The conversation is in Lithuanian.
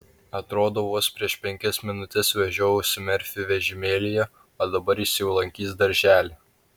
atrodo vos prieš penkias minutes vežiojausi merfį vežimėlyje o dabar jis jau lankys darželį